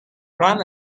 run